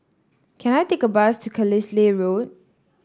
can I take a bus to Carlisle Road